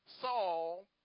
Saul